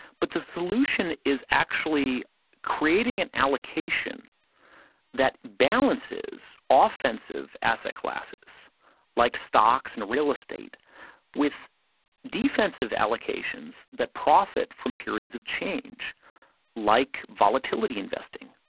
but the solution is actually creating an allocation that balances offensive asset classes like stocks and real estate with defensive allocations that profit from periods of change like volatility investing,